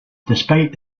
despite